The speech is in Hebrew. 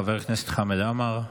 חבר הכנסת חמד עמאר,